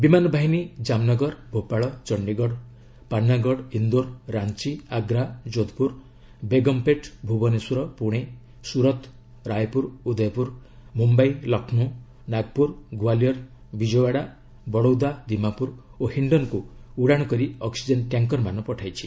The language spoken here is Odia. ବିମାନ ବାହିନୀ ଜାମନଗର ଭୋପାଳ ଚଣ୍ଡିଗଡ଼ ପାନାଗଡ଼ ଇନ୍ଦୋର ରାଞ୍ଚି ଆଗ୍ରା ଯୋଧପୁର ବେଗମ୍ପେଟ୍ ଭୁବନେଶ୍ୱର ପୁଣେ ସୁରତ ରାୟପୁର ଉଦୟପୁର ମୁମ୍ବାଇ ଲକ୍ଷ୍ନୌ ନାଗପୁର ଗ୍ୱାଲିୟର୍ ବିଜୟୱାଡା ବଡୌଦା ଦିମାପୁର ଓ ହିଣ୍ଡନ୍କୁ ଉଡ଼ାଣ କରି ଅକ୍ସିକ୍ଜେନ୍ ଟ୍ୟାଙ୍କ୍ରମାନ ପଠାଇଛି